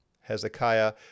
Hezekiah